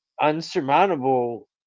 unsurmountable